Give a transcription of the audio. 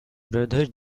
brother